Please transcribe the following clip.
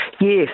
Yes